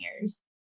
years